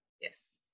Yes